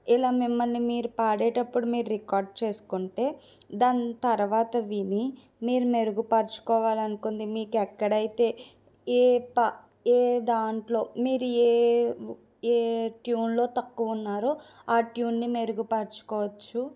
ఇలా మిమ్మల్ని మీరు పాడేటప్పుడు మీరు రికార్డ్ చేసుకుంటే దాని తరువాత విని మీరు మెరుగుపరుచుకోవాలి అనుకుంది మీకు ఎక్కడైతే ఏ పా ఏ దాంట్లో మీరు ఏ ఏ ట్యూన్లో తక్కువ ఉన్నారో ఆ ట్యూన్ని మెరుగుపరచుకోవచ్చు